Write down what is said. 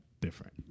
different